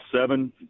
seven